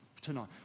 tonight